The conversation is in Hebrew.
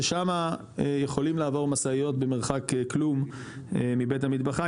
ששמה יכולים לעבור משאיות במרחק כלום מבית המטבחיים,